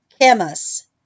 Camus